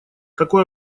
такое